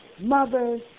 mothers